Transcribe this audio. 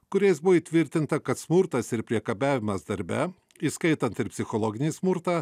kuriais buvo įtvirtinta kad smurtas ir priekabiavimas darbe įskaitant ir psichologinį smurtą